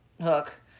Hook